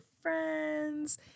friends